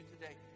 today